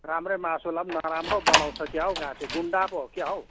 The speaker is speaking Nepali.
राम्रै मासुलाई पनि नराम्रो बनाउँछ क्या हौ गाँठे गुन्डा पो हो क्या हौ